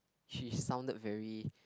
she sounded very